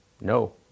No